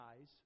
eyes